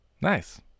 Nice